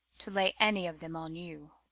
to lay any of them on you.